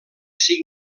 cinc